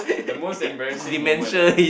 the most embarrassing moment ah